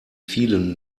vielen